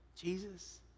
Jesus